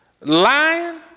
Lying